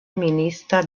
minista